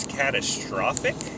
catastrophic